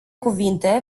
cuvinte